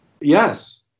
Yes